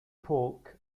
polk